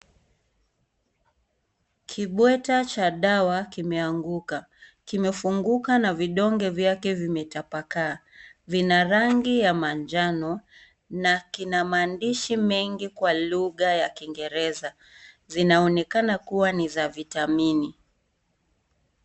Kibweta cha dawa kimefunguka, kimeanguka na vidonge vyake vimetapakaa, vina rangi ya manjano na kina maandishi mengi kwa lugha ya Kiingereza. Zinaonekana kuwa ni za vitamini.